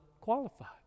qualified